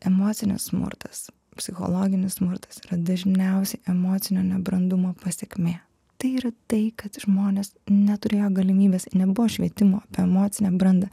emocinis smurtas psichologinis smurtas yra dažniausiai emocinio nebrandumo pasekmė tai yra tai kad žmonės neturėjo galimybės nebuvo švietimo apie emocinę brandą